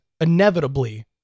inevitably